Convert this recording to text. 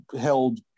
held